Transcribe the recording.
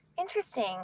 Interesting